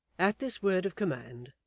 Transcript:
at this word of command,